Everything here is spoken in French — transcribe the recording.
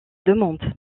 demande